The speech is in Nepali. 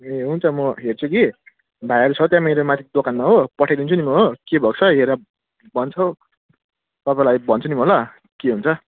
ए हुन्छ म हेर्छु कि भाइहरू छ त्यहाँनेरि मेरो माथि दोकानमा हो पठाइदिन्छु नि म के भएको छ हेरेर भन्छ तपाईँलाई भन्छु नि म ल के हुन्छ